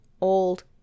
old